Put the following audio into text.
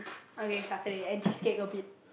okay Saturday and cheesecake a bit